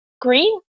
green